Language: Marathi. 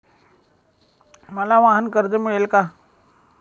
मला वाहनकर्ज मिळेल का?